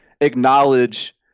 acknowledge